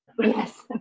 Yes